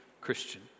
Christian